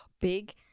big